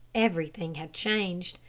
everything had changed.